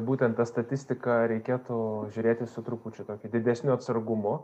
būtent tą statistiką reikėtų žiūrėti su trupučiu tokiu didesniu atsargumu